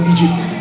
Egypt